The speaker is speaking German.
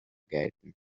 gelten